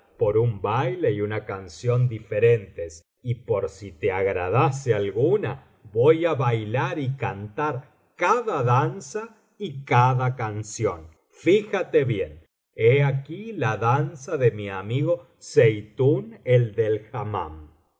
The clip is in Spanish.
por un baile y una canción diferentes y por si te agradase alguna voy á bailar y cantar cada danza y cada canción fíjate bien he aquí la danza de mi amigo zeitún el del